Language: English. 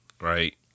Right